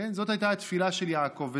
זאת הייתה התפילה של יעקב,